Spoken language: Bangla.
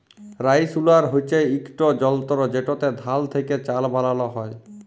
রাইস হুলার হছে ইকট যলতর যেটতে ধাল থ্যাকে চাল বালাল হ্যয়